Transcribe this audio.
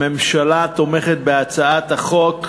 הממשלה תומכת בהצעת החוק.